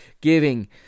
giving